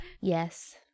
Yes